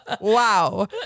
wow